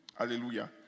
Hallelujah